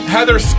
Heather